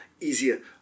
easier